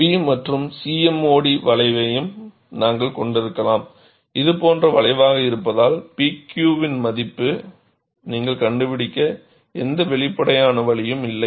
P மற்றும் CMOD வளைவையும் நாங்கள் கொண்டிருக்கலாம் இது போன்ற வளைவாக இருப்பதால் PQவின் மதிப்பை நீங்கள் கண்டுபிடிக்க எந்த வெளிப்படையான வழியும் இல்லை